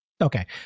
Okay